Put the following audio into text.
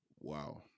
Wow